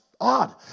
odd